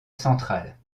central